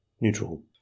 Neutral